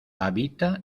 habita